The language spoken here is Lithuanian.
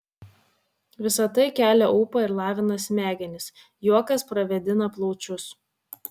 visa tai kelia ūpą ir lavina smegenis juokas pravėdina plaučius